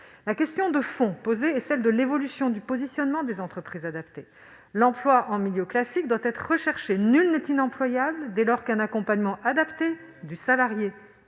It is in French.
La question de fond est plutôt celle de l'évolution du positionnement des entreprises adaptées. L'emploi en milieu classique doit être recherché : nul n'est inemployable, dès lors qu'un accompagnement adapté du salarié